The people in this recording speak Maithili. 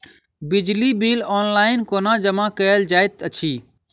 बिजली बिल ऑनलाइन कोना जमा कएल जाइत अछि?